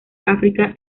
áfrica